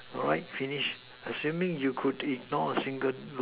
write finish assuming you could ignore a single